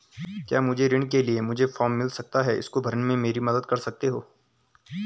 क्या मुझे ऋण के लिए मुझे फार्म मिल सकता है इसको भरने में मेरी मदद कर सकते हो?